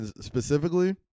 specifically